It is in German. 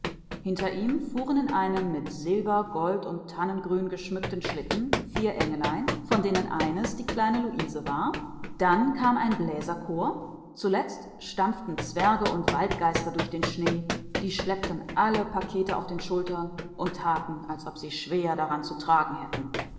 hinter ihm fuhren in einem mit silber gold und tannengrün geschmückten schlitten vier engelein von denen eines die kleine luise war dann kam ein bläserchor zuletzt stampften zwerge und waldgeister durch den schnee die schleppten alle pakete auf den schultern und taten als ob sie schwer daran zu tragen hätten